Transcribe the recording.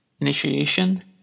Initiation